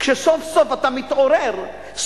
כשסוף-סוף אתה מתעורר,